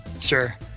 Sure